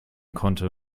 konnte